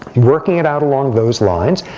working it out along those lines,